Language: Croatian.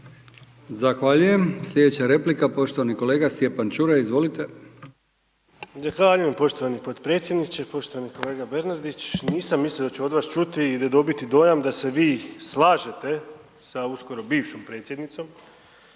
Zahvaljujem. Slijedeća replika, poštovani kolega Stjepan Čuraj, izvolite. **Čuraj, Stjepan (HNS)** Zahvaljujem poštovani potpredsjedniče. Poštovani kolega Bernardić, nisam mislio da ću od vas čuti ili dobiti dojam da se vi slažete sa uskoro bivšom Predsjednicom,